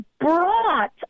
brought